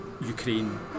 ukraine